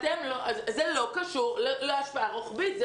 זה לא קשור להשפעה רוחבית.